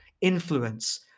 influence